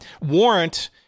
warrant